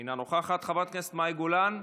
אינה נוכחת, חברת הכנסת מאי גולן,